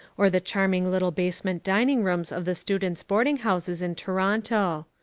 or the charming little basement dining-rooms of the students' boarding houses in toronto.